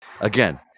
again